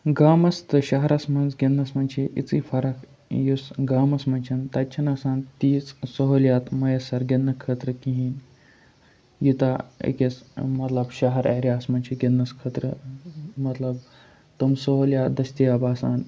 گامَس تہٕ شَہرَس مَنٛز گِنٛدنَس مَنٛز چھِ یِژٕے فَرَق یُس گامَس مَنٛز چھَنہٕ تَتہِ چھَنہٕ آسان تیٖژ سُہولِیات میَسَر گِنٛدنہٕ خٲطرٕ کِہیٖنۍ یوٗتاہ أکِس مَطلَب شَہَر ایریا ہَس مَنٛز چھِ گِنٛدنَس خٲطرٕ مَطلَب تِم سُہولِیات دٔستِیاب آسان